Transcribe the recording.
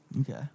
Okay